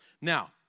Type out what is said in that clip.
Now